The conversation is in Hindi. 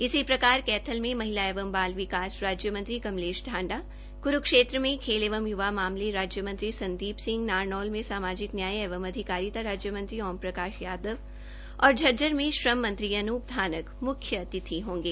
इसी प्रकार कौशल में महिला एवं बाल विकास मंत्री कमलेश ांडा क्रूक्षेत्र में खेल एवं राज्य मामले राज्य मंत्री संदीप सिंह नारनौल में सामाजिक न्याय एवं अधिकारिता राज्य मंत्री ओम प्रकाश यादव और झज्जर में श्रम मंत्री अनूप धानक म्ख्य अतिथि होंगे